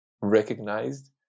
recognized